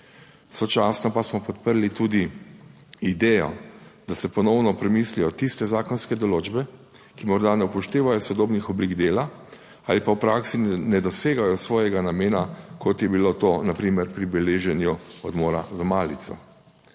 Sočasno pa smo podprli tudi idejo, da se ponovno premislijo tiste zakonske določbe, ki morda ne upoštevajo sodobnih oblik dela ali pa v praksi ne dosegajo svojega namena kot je bilo to na primer pri beleženju odmora za malico.